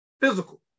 Physical